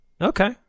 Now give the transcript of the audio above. Okay